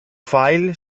file